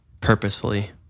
purposefully